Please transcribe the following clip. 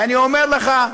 ואני אומר לך,